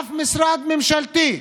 אף משרד ממשלתי.